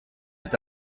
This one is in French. est